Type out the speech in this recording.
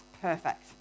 perfect